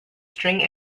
string